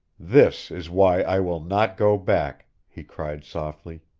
this is why i will not go back, he cried softly.